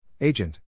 Agent